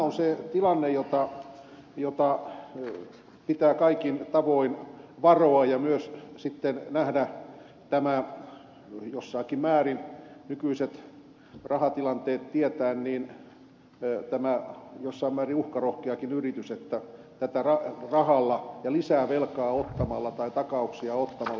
tämä on se tilanne jota pitää kaikin tavoin varoa ja myös sitten nähdä tämä nykyiset rahatilanteet tietäen jossain määrin uhkarohkeakin yritys että tätä rahalla ja lisää velkaa ottamalla tai takauksia ottamalla pystytään hoitamaan